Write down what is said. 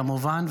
כמובן,